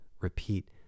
repeat